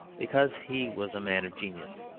because he was a man of genius.